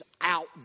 out